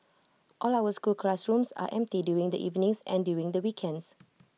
all our school classrooms are empty during the evenings and during the weekends